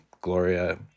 gloria